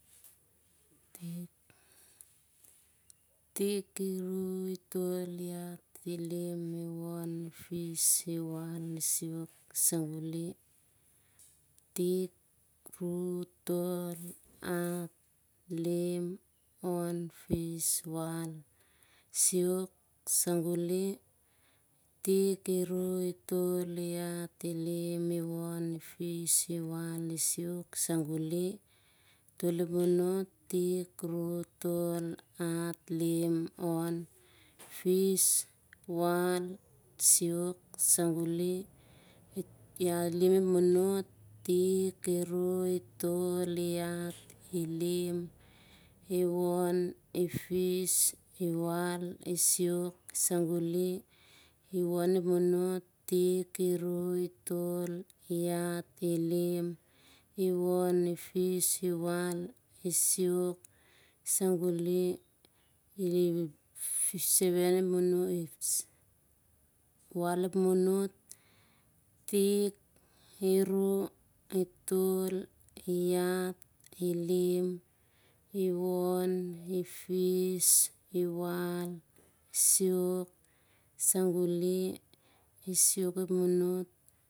Itik. iruh, itol, ihat. ilim. iwon, ifis, iwal, isiok, sanguli. tik ep bonot ap i tik, iruh. itol, ihat, ilim, iwon, ifis, iwal, isiok. iruru bonot. ruruh bonot ap i tik, iruh, itol, ihat. ilim, iwon. ifis. iwal. isiok. itol ep bonot. tol ep bonot ap i tik. iruh, itol, ihat, ilim, iwon, ifis, iwal, isiok. ihat ep bonot. hat ep bonot ap itik, iruh. itol, ihat. ilim, iwon, ifis. iwal. isiok, ilim ep bonot. lim ep bonot ap itik, iruh. itol, ihat. ilim. iwon ifis. iwal. isiok, iwon ep bonot. won ep bonot ap i tik, iruh, itol, ihat, ilim. iwon ifis, iwal. isiok. iwal ep bonot wal ep bonot ap i tik, iruh, itol, ihat. ilim. iwon ifis iwal. isiok, iwal ep bonot wal ep bonot ap i tik, iruh. itol, ihat, ilim. iwon ifis, iwal, isiok. isiok ep bonot